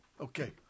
Okay